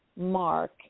mark